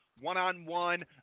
one-on-one